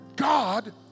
God